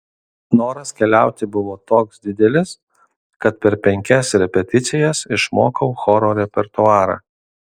noras keliauti buvo toks didelis kad per penkias repeticijas išmokau choro repertuarą